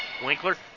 Winkler